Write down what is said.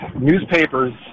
newspapers